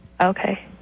Okay